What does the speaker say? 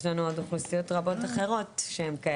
יש לנו עוד אוכלוסיות רבות אחרות שהן כאלה.